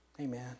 Amen